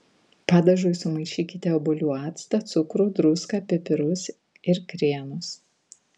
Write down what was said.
padažui sumaišykite obuolių actą cukrų druską pipirus ir krienus